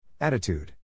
Attitude